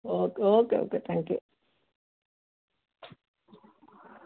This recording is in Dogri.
okay okay okay thank U